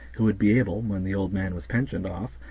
who would be able, when the old man was pensioned off,